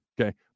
Okay